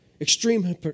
extreme